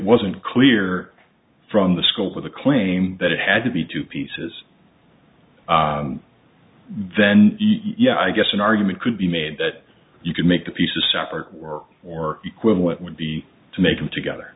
wasn't clear from the scope of the claim that it had to be two pieces then yeah i guess an argument could be made that you could make the pieces separate work or equivalent would be to make them together